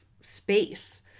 space